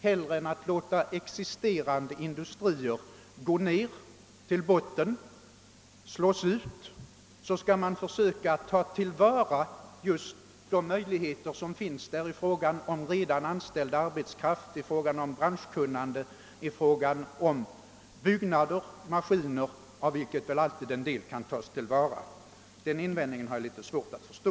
Hellre än att låta befintliga industrier gå ned till botten och slås ut bör man försöka utnyttja just de möjligheter dessa erbjuder i fråga om redan anställd arbetskraft, branschkunnande, byggnader och maskiner, av vilket väl alltid en del kan tas till vara. Herr Magnussons invändning är därför litet svår att förstå.